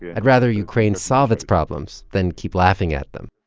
yeah i'd rather ukraine solve its problems than keep laughing at them